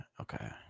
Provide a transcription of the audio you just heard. Okay